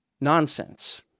nonsense